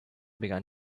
began